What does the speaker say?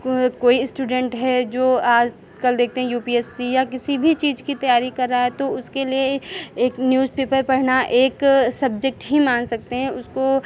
को कोई इस्टूडेंट है जो आज कल देखते हैं यू पी एस सी या किसी भी चीज़ की तैयारी कर रहा है तो उसके लिए एक न्यूज़पेपर पढ़ना एक सब्जेक्ट ही मान सकते हैं उसको